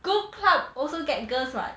go club also get girls [what]